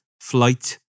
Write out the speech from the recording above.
flight